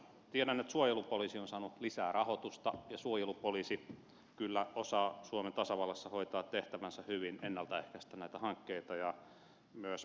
tiedän että suojelupoliisi on saanut lisää rahoitusta ja suojelupoliisi kyllä osaa suomen tasavallassa hoitaa tehtävänsä hyvin ennalta ehkäistä näitä hankkeita ja myös paljastaa niitä